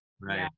Right